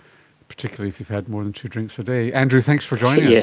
particularly if you've had more than two drinks a day. andrew, thanks for joining yeah